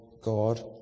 God